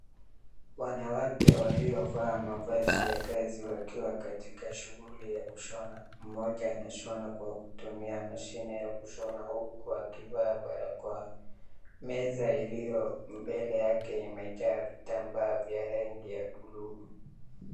Wanawake waliovaa mavazi ya kazi wakiwa katika shughuli ya kushona, moja anashona kwa kutumia mashini ya kushona huku akivaa barakoa, meza iliyombele yake imejaa vitambaa vya rangi ya blue .